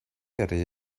yrru